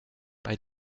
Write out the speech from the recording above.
bei